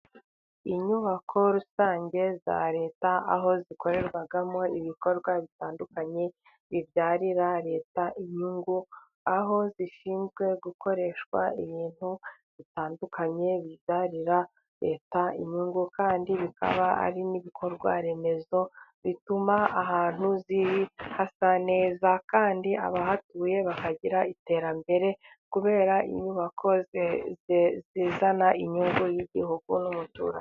Inyubako rusange za Leta， aho zikorerwamo ibikorwa bitandukanye， bibyarira Leta inyungu， aho zishinzwe gukoreshwa ibintu bitandukanye，bibyarira Leta inyungu，kandi bikaba ari n'ibikorwa remezo， bituma ahantu hasa neza，kandi abahatuye bakagira iterambere， kubera inyubako zizana inyungu y'igihugu n'umuturage.